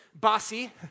bossy